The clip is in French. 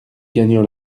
gagnant